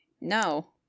No